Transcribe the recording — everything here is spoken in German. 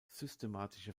systematische